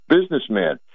businessman